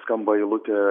skamba eilutė